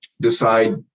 decide